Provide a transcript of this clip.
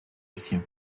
lucien